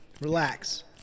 Relax